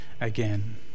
again